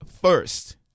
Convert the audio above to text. first